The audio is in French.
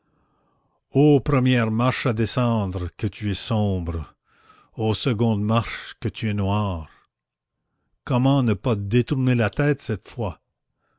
ô première marche à descendre que tu es sombre ô seconde marche que tu es noire comment ne pas détourner la tête cette fois